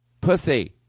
Pussy